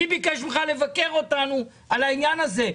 מי ביקש ממך לבקר אותנו על העניין הזה.